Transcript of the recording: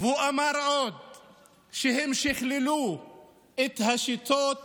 והוא אמר גם שהם שכללו את השיטות